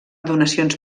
donacions